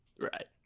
right